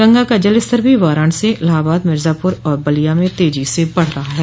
गंगा का जलस्तर भी वाराणसी इलाहाबाद मिर्जापुर और बलिया तेजी से बढ़ रहा है